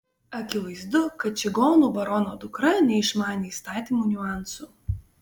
akivaizdu kad čigonų barono dukra neišmanė įstatymų niuansų